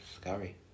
Scary